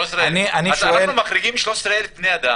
הממשלה מוכנה רק לחצי שנה להסיר את זה.